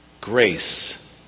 Grace